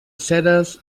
ceres